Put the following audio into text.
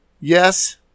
Yes